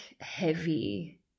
heavy